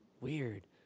Weird